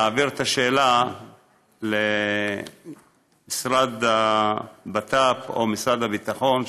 להעביר את השאלה למשרד הבט"פ או משרד הביטחון,